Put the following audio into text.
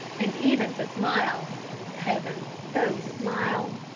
and even to smile heavens! those smiles!